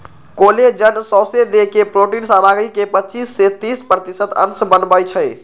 collagen सौसे देह के प्रोटिन सामग्री के पचिस से तीस प्रतिशत अंश बनबइ छइ